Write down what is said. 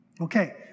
Okay